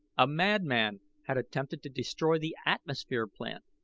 a madman had attempted to destroy the atmosphere plant.